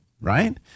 right